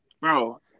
bro